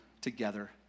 together